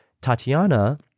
Tatiana